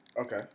okay